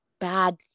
bad